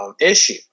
issue